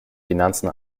finanzen